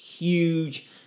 huge